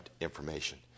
information